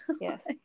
Yes